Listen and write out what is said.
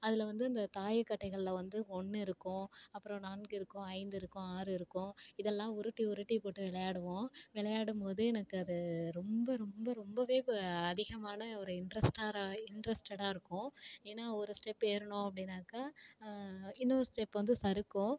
அதில் வந்து அந்த தாய கட்டைகளில் வந்து ஒன்று இருக்கும் அப்புறம் நான்கு இருக்கும் ஐந்து இருக்கும் ஆறு இருக்கும் இதெல்லாம் உருட்டி உருட்டி போட்டு விளையாடுவோம் விளையாடும் போது எனக்கு அது ரொம்ப ரொம்ப ரொம்பவே இப்போ அதிகமான ஒரு இன்ட்ரெஸ்ட்டாராய் இன்ட்ரெஸ்ட்டடாக இருக்கும் ஏன்னால் ஒரு ஸ்டெப்பு ஏறினோம் அப்படின்னாக்கா இன்னோரு ஸ்டெப்பு வந்து சறுக்கும்